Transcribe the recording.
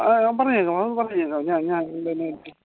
ആ പറഞ്ഞേക്കാം അത് പറഞ്ഞേക്കാം ഞാൻ പിന്നെ